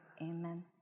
amen